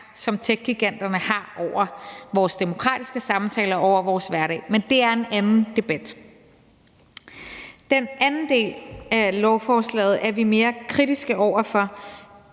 som techgiganterne har over vores demokratiske samtaler og over vores hverdag, men det er en anden debat. Den anden del af lovforslaget er vi mere kritiske over for,